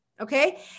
Okay